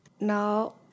No